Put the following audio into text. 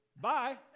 Bye